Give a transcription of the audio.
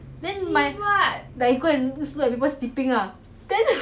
but I also don't know lah then you go and do this kind of disturb people thing you know